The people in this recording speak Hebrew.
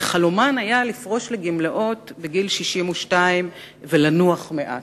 וחלומן היה לפרוש לגמלאות בגיל 62 ולנוח מעט.